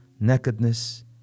nakedness